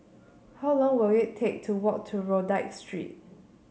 how long will it take to walk to Rodyk Street